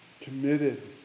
Committed